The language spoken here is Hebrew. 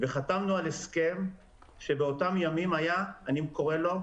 וחתמנו על הסכם שבאותם ימים אני קורא לו,